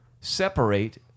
separate